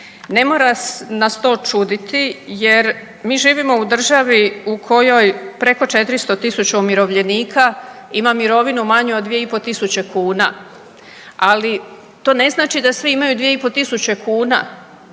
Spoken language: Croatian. Ne mora nas to čuditi jer mi živimo u državi u kojoj preko 400.000 umirovljenika ima mirovinu manju od 2.500 kuna, ali tone znači da svi imaju 2.500 kuna